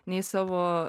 nei savo